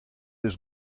eus